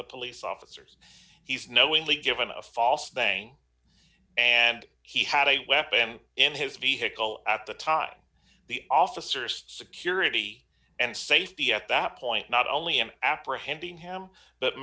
the police officers he's knowingly given a false thing and he had a weapon in his vehicle at the time the officers security and safety at that point not only him apprehending him but